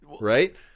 Right